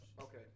Okay